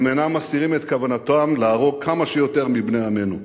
הם אינם מסתירים את כוונתם להרוג כמה שיותר מבני עמנו.